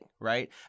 right